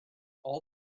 all